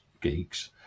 geeks